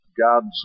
God's